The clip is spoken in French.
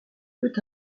peut